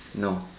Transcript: no